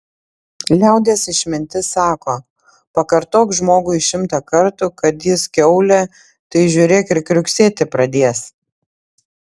liaudies išmintis sako pakartok žmogui šimtą kartų kad jis kiaulė tai žiūrėk ir kriuksėti pradės